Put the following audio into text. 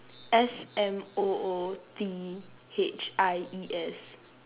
S M O O T H I E S